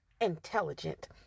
intelligent